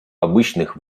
обычных